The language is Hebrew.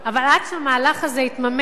אבל עד שהמהלך הזה יתממש,